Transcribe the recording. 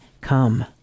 come